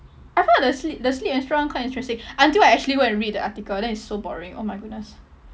I felt the the slip the slip and stroke one quite interesting until I actually go and read article then it's so boring oh my goodness